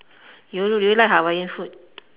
you you like Hawaiian food